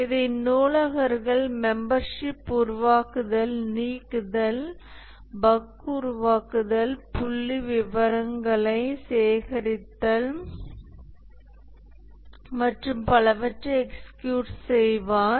இதை நூலகர்கள் மெம்பர்ஷிப் உருவாக்குதல் நீக்குதல் புக் உருவாக்குதல் புள்ளி விவரங்களை சேகரிகத்தல் மற்றும் பலவற்றை எக்ஸ்கியூட் செய்வார்